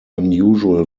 unusual